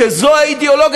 וזאת האידיאולוגיה.